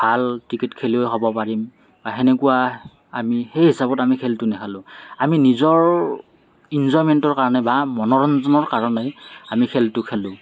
ভাল ক্ৰিকেট খেলুৱৈ হ'ব পাৰিম বা সেনেকুৱা আমি সেই হিচাপত আমি খেলটো নেখেলোঁ আমি নিজৰ ইঞ্জয়মেণ্টৰ কাৰণে বা মনোৰঞ্জনৰ কাৰণে আমি খেলটো খেলোঁ